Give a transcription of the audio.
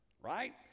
right